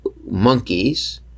monkeys